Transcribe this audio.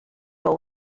role